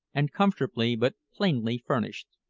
and comfortably but plainly furnished.